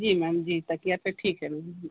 जी ma'am जी तकिया पर ठीक है मैम